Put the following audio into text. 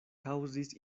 kaŭzis